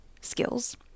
skills